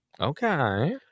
Okay